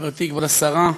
חברתי כבוד השרה,